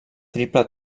triple